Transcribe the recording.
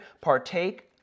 partake